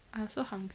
I also hungry